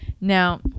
Now